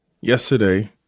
Yesterday